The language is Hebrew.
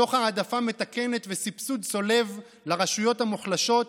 תוך העדפה מתקנת וסבסוד צולב לרשויות המוחלשות,